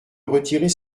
retirer